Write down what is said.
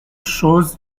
shows